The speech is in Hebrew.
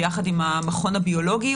ביחד עם המכון הביולוגי,